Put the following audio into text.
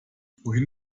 wohin